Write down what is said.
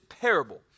parable